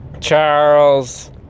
Charles